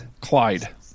clyde